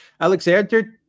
Alexander